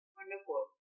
Wonderful